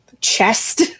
chest